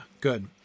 good